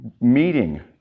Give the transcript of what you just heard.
meeting